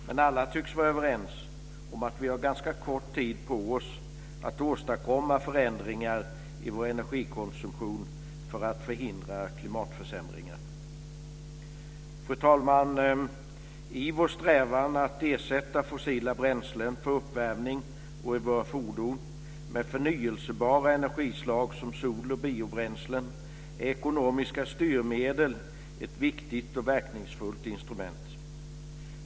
Men alla tycks vara överens om att vi har ganska kort tid på oss att åstadkomma förändringar i vår energikonsumtion för att förhindra klimatförsämringar. Fru talman! I vår strävan att ersätta fossila bränslen för uppvärmning och i våra fordon med förnybara energislag som sol och biobränslen är ekonomiska styrmedel ett viktigt och verkningsfullt instrument.